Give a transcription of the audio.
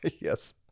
Yes